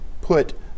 put